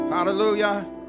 hallelujah